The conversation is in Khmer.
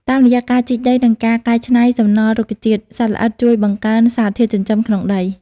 តាមរយៈការជីកដី និងការកែច្នៃសំណល់រុក្ខជាតិ សត្វល្អិតជួយបង្កើនសារធាតុចិញ្ចឹមក្នុងដី។